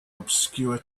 obscure